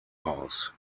raus